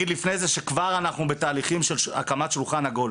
אני גם אגיד שאנחנו נמצאים בפני הקמת שולחן עגול